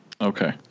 Okay